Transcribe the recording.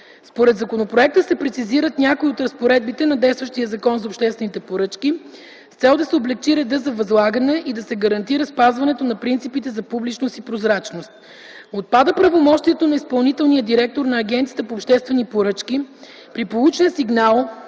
Според законопроекта се прецизират някои от разпоредбите на действащия Закон за обществените поръчки с цел да се облекчи редът за възлагане и да се гарантира спазването на принципите за публичност и прозрачност. Отпада правомощието на изпълнителния директор на Агенцията за обществени поръчки при получен сигнал